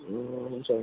हुन्छ हुन्छ